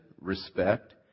respect